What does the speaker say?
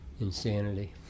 Insanity